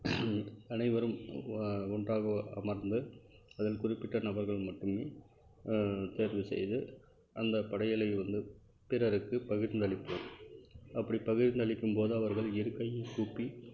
அனைவரும் ஒன்றாக அமர்ந்து அதில் குறிப்பிட்ட நபர்கள் மட்டுமே தேர்வு செய்து அந்த படையலை வந்து பிறருக்கு பகிர்ந்தளிப்போம் அப்படி பகிர்ந்தளிக்கும் போது அவர்கள் இருக்கையை கூப்பி